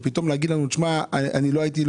אתם אומרים לנו: אני לא הייתי.